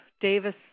Davis